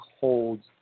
holds